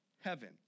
heaven